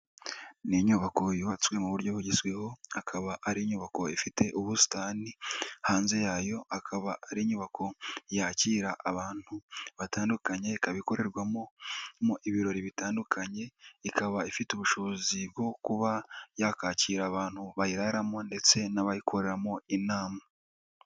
Ni inyubako yubatswe mu buryo bugezweho, akaba ari inyubako ifite ubusitani, hanze yayo hakaba hari inyubako yakira abantu batandukanye, ikaba ikorerwamomo ibirori bitandukanye, ikaba ifite ubushobozi bwo kuba yakakira abantu bayiraramo ndetse n'abayikoreramo inama.